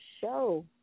show